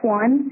one